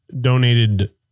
donated